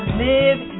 live